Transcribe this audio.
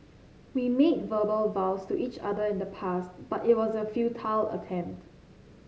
we made verbal vows to each other in the past but it was a futile attempt